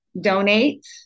donate